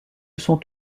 sont